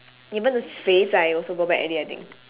even the 废柴 also go back already I think